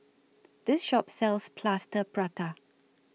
This Shop sells Plaster Prata